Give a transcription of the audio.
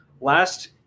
Last